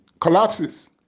collapses